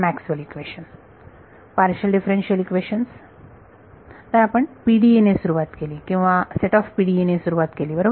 Maxwell equation equation partial differential equations तर आपण PDE ने सुरुवात केली किंवा सेट ऑफ PDE ने सुरुवात केली बरोबर